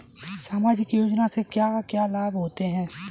सामाजिक योजना से क्या क्या लाभ होते हैं?